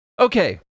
Okay